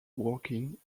working